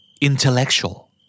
Intellectual